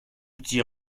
petit